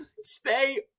Stay